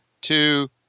two